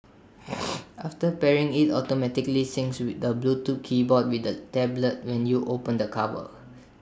after pairing IT automatically syncs with the Bluetooth keyboard with the tablet when you open the cover